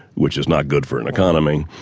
which is not good for an economy.